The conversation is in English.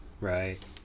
right